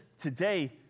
today